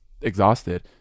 exhausted